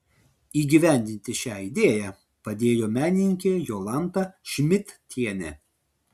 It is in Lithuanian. įgyvendinti šią idėją padėjo menininkė jolanta šmidtienė